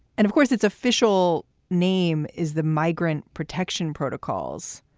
and of course, it's official name is the migrant protection protocols.